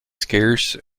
scarce